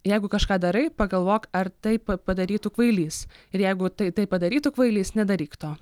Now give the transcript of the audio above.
jeigu kažką darai pagalvok ar taip p padarytų kvailys ir jeigu tai tai padarytų kvailys nedaryk to